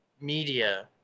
media